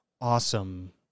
awesome